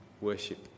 worship